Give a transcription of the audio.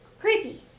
Creepy